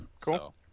cool